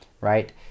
right